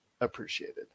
appreciated